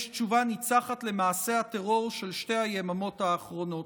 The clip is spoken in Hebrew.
יש תשובה ניצחת למעשי הטרור של שתי היממות האחרונות.